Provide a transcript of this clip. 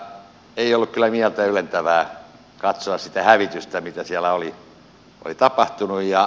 ei ollut kyllä mieltä ylentävää katsoa sitä hävitystä mitä siellä oli tapahtunut